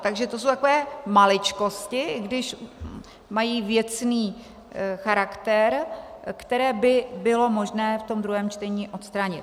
Takže to jsou takové maličkosti, i když mají věcný charakter, které by bylo možné v tom druhém čtení odstranit.